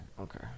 Okay